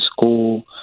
school